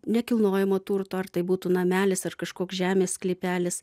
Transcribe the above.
nekilnojamo turto ar tai būtų namelis ar kažkoks žemės sklypelis